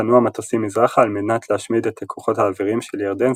פנו המטוסים מזרחה על מנת להשמיד את הכוחות האוויריים של ירדן,